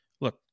look